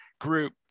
group